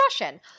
Russian